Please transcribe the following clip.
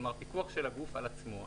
כלומר פיקוח של הגוף על עצמו.